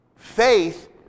Faith